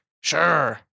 sure